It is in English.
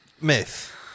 myth